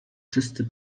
czysty